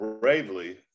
bravely